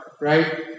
right